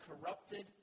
corrupted